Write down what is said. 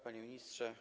Panie Ministrze!